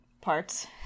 parts